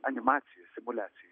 animacijoj simuliacijoj